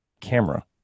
camera